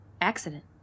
Accident